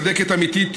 צדקת אמיתית,